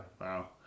Wow